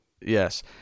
Yes